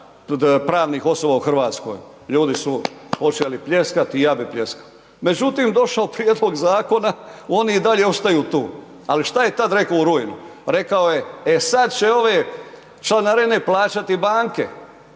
pravnih osoba u RH, ljudi su počeli pljeskati i ja bi pljeskao. Međutim, došao prijedlog zakona, oni i dalje ostaju tu, al šta je tad rekao u rujnu? Rekao je, e sad će ove članarine plaćati banke